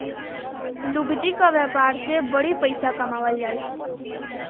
लुगदी क व्यापार से बड़ी पइसा कमावल जाला